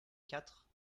quatre